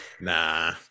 Nah